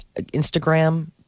Instagram